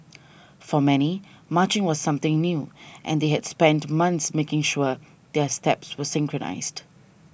for many marching was something new and they had spent months making sure their steps were synchronised